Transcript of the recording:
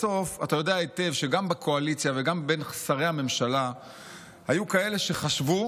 בסוף אתה יודע היטב שגם בקואליציה וגם בין שרי הממשלה היו כאלה שחשבו